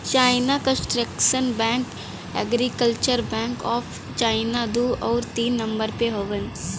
China construction bank, agriculture bank of China दू आउर तीन नम्बर पे हउवन